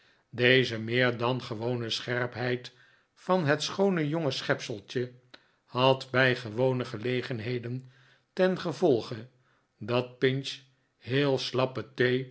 deze meer dan geworife scherpheid van het schoone jonge schepseltje had bij gewone gelegenheden ten gevolge dat pinch heel slappe